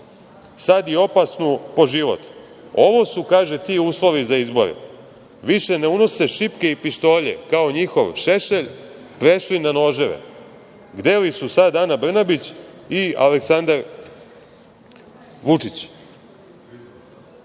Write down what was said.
sad i opasnu po život. Ovo su“, kaže, „ti uslovi za izbore. Više ne unose šipke i pištolje, kao njihov Šešelj, prešli su na noževe. Gde li su sad Ana Brnabić i Aleksandar Vučić?“Ja,